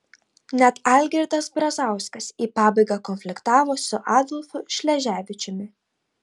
net algirdas brazauskas į pabaigą konfliktavo su adolfu šleževičiumi